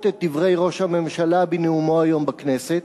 את דברי ראש הממשלה בנאומו היום בכנסת.